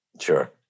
Sure